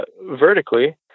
vertically